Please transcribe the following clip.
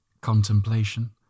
Contemplation